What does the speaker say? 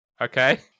okay